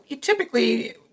typically